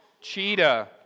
cheetah